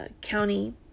county